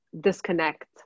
disconnect